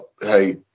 hey